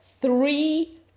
three